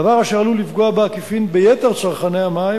דבר אשר עלול לפגוע בעקיפין ביתר צרכני המים,